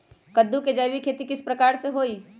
कददु के जैविक खेती किस प्रकार से होई?